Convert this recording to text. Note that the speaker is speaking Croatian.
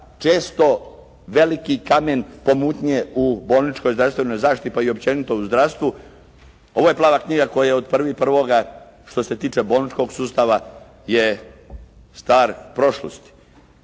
često veliki kamen pomutnje u bolničkoj zdravstvenoj zaštiti, pa i općenito u zdravstvu. Ovo je plava knjiga koja je od 1.1., što se tiče bolničkog sustava je stvar prošlosti.